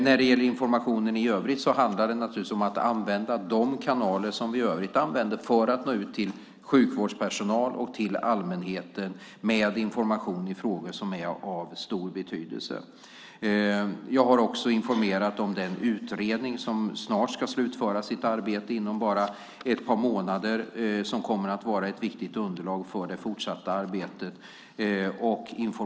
När det gäller informationen i övrigt handlar det naturligtvis om att använda de kanaler vi använder för att nå ut till sjukvårdspersonal och till allmänheten med information i frågor som är av stor betydelse. Jag har också informerat om den utredning som snart, inom bara ett par månader, ska slutföra sitt arbete. Det kommer att vara ett viktigt underlag för det fortsatta arbetet.